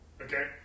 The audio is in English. Okay